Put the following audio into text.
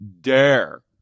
dare